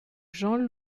jean